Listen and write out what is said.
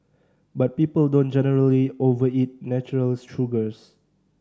but people don't generally overeat natural sugars